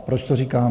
Proč to říkám?